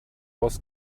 was